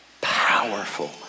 powerful